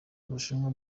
bushinwa